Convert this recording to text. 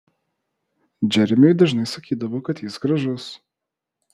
džeremiui dažnai sakydavo kad jis gražus